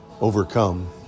overcome